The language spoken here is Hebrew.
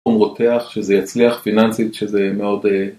הוא רותח שזה יצליח פיננסית שזה מאוד אה..